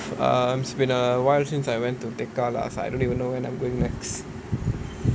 um it's been a while since I went to tekka last I don't even know when I'm going next